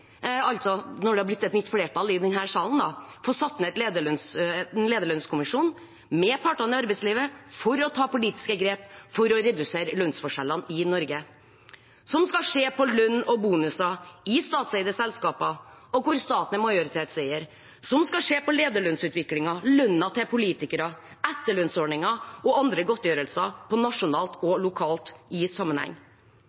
når det er blitt et nytt flertall i denne salen – få satt ned en lederlønnskommisjon med partene i arbeidslivet for å ta politiske grep for å redusere lønnsforskjellene i Norge. De skal se på lønn og bonuser i statseide selskaper og der hvor staten er majoritetseier, de skal se på lederlønnsutviklingen, lønnen til politikere, etterlønnsordninger og andre godtgjørelser og se nasjonalt og